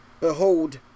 Behold